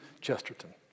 Chesterton